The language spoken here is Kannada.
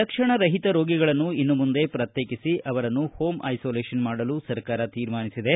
ಲಕ್ಷಣರಹಿತ ರೋಗಿಗಳನ್ನು ಇನ್ಮಂದೆ ಪ್ರತ್ಯೇಕಿಸಿ ಅವರನ್ನು ಹೋಂ ಐಸೋಲೇಶನ್ ಮಾಡಲು ಸರ್ಕಾರ ತೀರ್ಮಾನಿಸಿದೆ